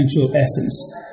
essence